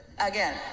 again